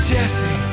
Jesse